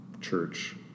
church